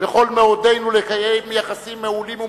בכל מאודנו לקיים יחסים מעולים ומצוינים,